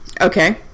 Okay